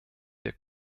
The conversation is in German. der